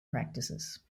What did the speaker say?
practices